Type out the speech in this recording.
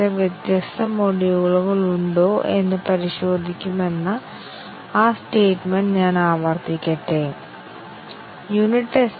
അതിനാൽ ഇത് ഉണ്ടെന്ന് ഞങ്ങൾ പറഞ്ഞു ഇതാണ് ഏറ്റവും ലളിതമായ ഡാറ്റാ ഫ്ലോ ടെസ്റ്റിംഗ്